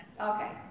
Okay